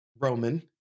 Roman